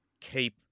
keep